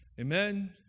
Amen